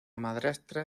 madrastra